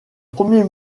premier